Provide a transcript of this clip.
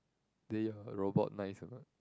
then your robot nice or not